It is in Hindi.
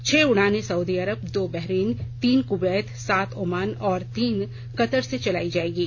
छह उड़ानें सउदी अरब दो बहरीन तीन कुवैत सात ओमान और तीन कतर से चलाई जाएंगी